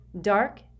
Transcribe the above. Dark